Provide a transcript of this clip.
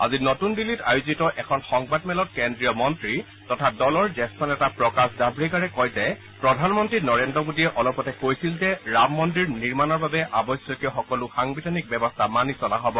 আজি নতুন দিল্লীত আয়োজিত এখন সংবাদমেলত কেন্দ্ৰীয় মন্ত্ৰী তথা দলৰ জ্যেষ্ঠ নেতা প্ৰকাশ জাভ্ৰেকাৰে কয় যে প্ৰধানমন্ত্ৰী নৰেন্দ্ৰ মোডীয়ে অলপতে কৈছিল যে ৰাম মন্দিৰ নিৰ্মাণৰ বাবে আৱশ্যকীয় সকলো সাংবিধানিক ব্যৱস্থা মানি চলা হ'ব